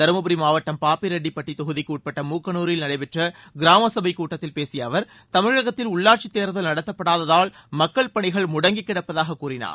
தரும்புரி மாவட்டம் பாப்பிரெட்டிப்பட்டி தொகுதிக்குட்பட்ட மூக்கனூரில் நடைபெற்ற கிராம சபை கூட்டத்தில் பேசிய அவர் தமிழகத்தில் உள்ளாட்சித் தேர்தல் நடத்தப்படாததால் மக்கள் பணிகள் முடங்கி கிடப்பதாக கூறினார்